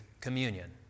communion